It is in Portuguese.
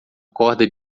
corda